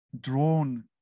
drawn